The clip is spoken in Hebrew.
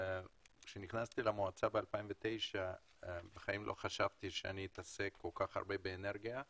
כשנכנסתי למועצה ב-2009 לא חשבתי שאני אתעסק כל כך הרבה באנרגיה,